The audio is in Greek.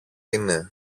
είναι